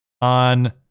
on